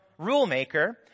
rulemaker